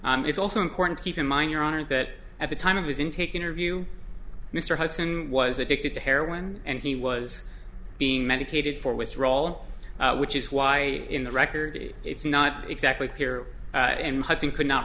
and it's also important to keep in mind your honor that at the time of his intake interview mr hudson was addicted to heroin and he was being medicated for withdrawal which is why in the record it's not exactly clear and i think could not